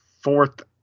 fourth